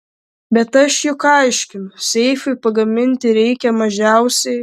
bet aš juk aiškinu seifui pagaminti reikia mažiausiai